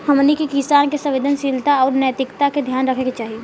हमनी के किसान के संवेदनशीलता आउर नैतिकता के ध्यान रखे के चाही